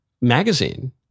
magazine